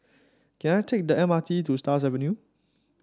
can I take the M R T to Stars Avenue